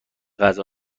غذا